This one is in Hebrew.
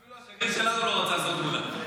אפילו השגריר שלנו לא רצה לעשות תמונה.